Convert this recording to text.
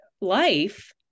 life